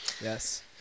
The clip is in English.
Yes